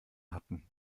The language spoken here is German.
hatten